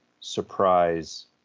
surprise